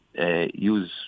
use